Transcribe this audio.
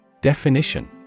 Definition